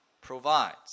provides